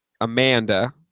Amanda